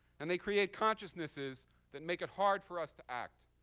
and they create consciousnesses that make it hard for us to act